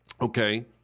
Okay